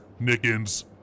Nickens